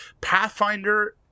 Pathfinder